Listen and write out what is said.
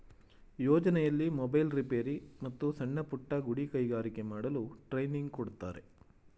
ಯೋಜನೆಯಲ್ಲಿ mobile repair, ಮತ್ತು ಸಣ್ಣಪುಟ್ಟ ಗುಡಿ ಕೈಗಾರಿಕೆ ಮಾಡಲು ಟ್ರೈನಿಂಗ್ ಕೊಡ್ತಾರೆ